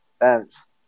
dance